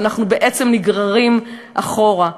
ואנחנו בעצם נגררים אחורה.